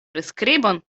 priskribon